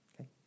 Okay